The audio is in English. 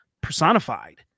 personified